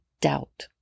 doubt